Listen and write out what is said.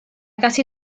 casi